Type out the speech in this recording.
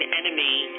enemy